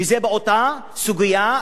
וזה באותה סוגיה,